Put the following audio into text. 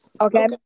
Okay